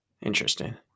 Interesting